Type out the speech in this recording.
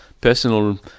personal